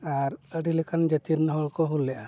ᱟᱨ ᱟᱹᱰᱤ ᱞᱮᱠᱟᱱ ᱡᱟᱹᱛᱤᱨᱮᱱ ᱦᱚᱲ ᱠᱚ ᱦᱩᱞ ᱞᱮᱫᱟ